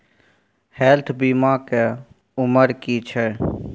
Health बीमा के उमर की छै?